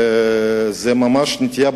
וזאת ממש נטייה,